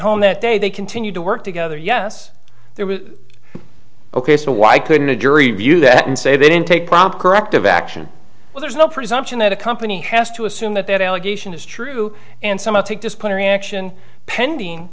home that day they continued to work together yes there was ok so why couldn't a jury view that and say they didn't take prompt corrective action well there's no presumption that a company has to assume that that allegation is true and some of take disciplinary action pending